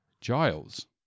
Giles